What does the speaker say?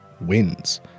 wins